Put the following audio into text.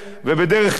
ובדרך כלל,